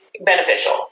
beneficial